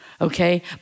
Okay